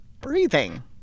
breathing